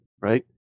right